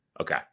Okay